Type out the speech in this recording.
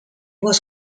was